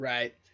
Right